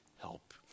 help